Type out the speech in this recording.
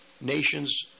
nations